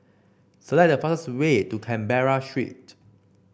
select the fastest way to Canberra Street